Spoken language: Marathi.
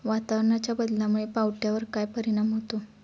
वातावरणाच्या बदलामुळे पावट्यावर काय परिणाम होतो?